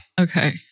Okay